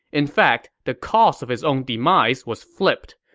in fact, the cause of his own demise was flipped.